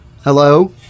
Hello